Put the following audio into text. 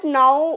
now